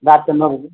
बापके मर्जी